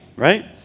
right